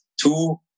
two